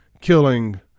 killing